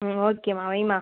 ம் ஓகேம்மா வைம்மா